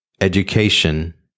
education